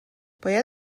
باید